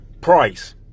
price